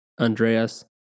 Andreas